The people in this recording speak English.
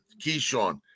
Keyshawn